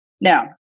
Now